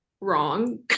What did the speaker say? wrong